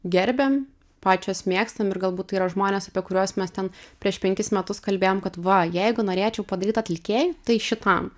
gerbiam pačios mėgstam ir galbūt tai yra žmonės apie kuriuos mes ten prieš penkis metus kalbėjom kad va jeigu norėčiau padaryt atlikėj tai šitam